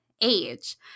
age